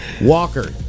Walker